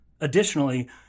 Additionally